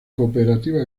cooperativa